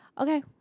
Okay